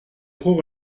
trop